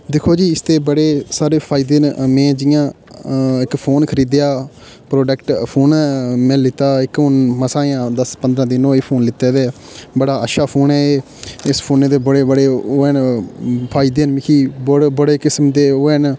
दिक्खो जी इस दे बड़े सारे फायदे न में जि'यां इक फोन खरीदेआ प्रोडक्ट फोन में लैता इक मसां अजें बस पंदरां दिन होए फोन लैते दे बड़ा अच्छा फोन ऐ एह् इस फोनै दे बड़े बड़े ओह् न फायदे न मिगी बड़े बड़े किस्म दे ओह् न